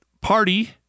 Party